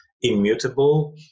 immutable